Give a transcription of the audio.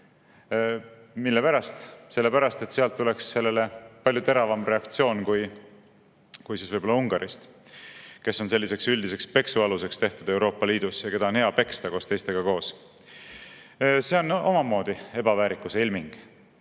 Mispärast? Sellepärast, et sealt tuleks sellele palju teravam reaktsioon kui võib-olla Ungarist, kes on selliseks üldiseks peksualuseks tehtud Euroopa Liidus ja keda on hea peksta teistega koos. See on omamoodi ebaväärikuse ilming.